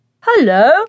Hello